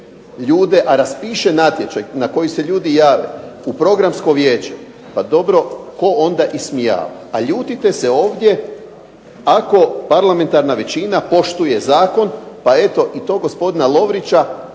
ljude, a raspiše natječaj na koji se ljudi jave u Programsko vijeće, pa dobro tko onda ismijava. A ljutite se ovdje ako parlamentarna većina poštuje zakon, pa eto i to gospodina Lovrića